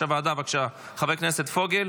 נא לשבת בבקשה במקומות שלכם.